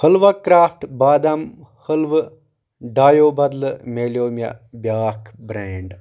حلوہ craft بادم حٔلوٕ ڈایو بدلہٕ میلٮ۪و مےٚ بیٚاکھ برینڈ